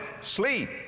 sleep